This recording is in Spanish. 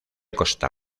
costa